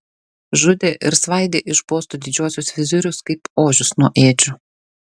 žudė ir svaidė iš postų didžiuosius vizirius kaip ožius nuo ėdžių